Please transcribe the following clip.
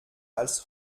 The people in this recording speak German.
als